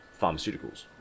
pharmaceuticals